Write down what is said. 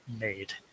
made